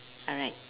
alright